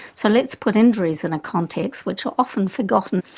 so let's put injuries in a context which are often forgotten.